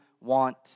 want